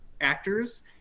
actors